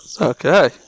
Okay